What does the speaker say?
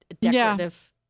decorative